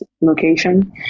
location